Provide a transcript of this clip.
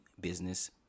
business